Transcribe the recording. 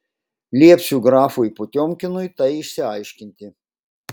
liepsiu grafui potiomkinui tai išsiaiškinti